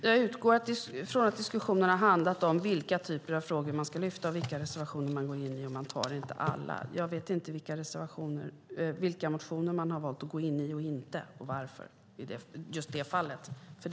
Herr talman! Jag utgår ifrån att diskussionen har handlat om vilka typer av frågor man ska lyfta upp och vilka reservationer man ska ta upp, och man tar inte alla. Jag vet inte vilka motioner man har valt att gå in i, vilka man inte har gått in i och varför.